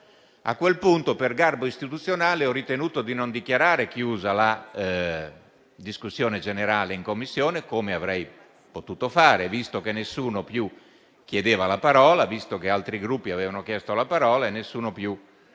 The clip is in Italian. A quel punto, per garbo istituzionale, ho ritenuto di non dichiarare chiusa la discussione generale in Commissione, come avrei potuto fare, visto che altri Gruppi avevano chiesto la parola e nessuno più la richiedeva,